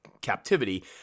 captivity